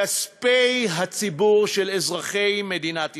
כספי הציבור של אזרחי מדינת ישראל,